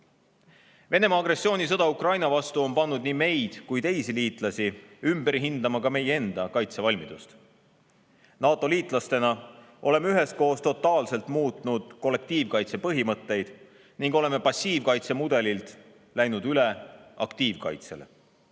Venemaa agressioonisõda Ukraina vastu on pannud nii meid kui teisi liitlasi ümber hindama ka meie enda kaitsevalmidust. NATO-liitlastena oleme üheskoos totaalselt muutnud kollektiivkaitse põhimõtteid ning oleme passiivkaitse mudelilt läinud üle aktiivkaitsele.